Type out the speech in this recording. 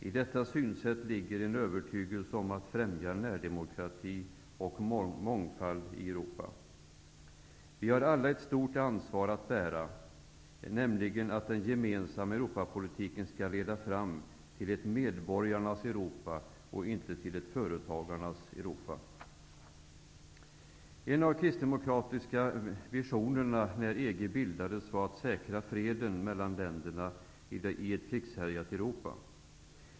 I detta synsätt ligger en övertygelse om att främja närdemokrati och mångfald i Europa. Vi har alla ett stort ansvar att bära, nämligen att den gemensamma Eruopapolitiken skall leda fram till ett medborgarnas Europa och inte till ett företagarnas Europa. En av de kristdemokratiska visionerna när EG bildades var att säkra freden mellan länderna i ett krigshärjat Europa.